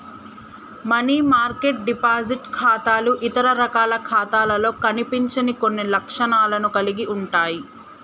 money market deposit ఖాతాలు ఇతర రకాల ఖాతాలలో కనిపించని కొన్ని లక్షణాలను కలిగి ఉంటయ్